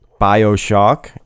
Bioshock